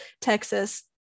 Texas